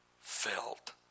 felt